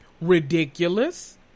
Ridiculous